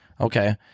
Okay